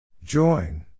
Join